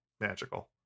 Magical